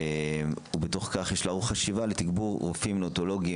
בתוך כך יש לערוך חשיבה לתגבור רופאים ניאונטולוגים